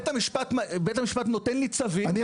בית המשפט נותן לי צווים ואדוני מאשים אותי.